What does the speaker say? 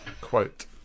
Quote